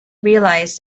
realize